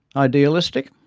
idealistic?